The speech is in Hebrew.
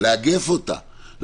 לאגף אותה,